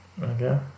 Okay